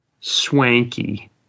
swanky